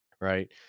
right